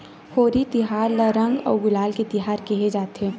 होरी तिहार ल रंग अउ गुलाल के तिहार केहे जाथे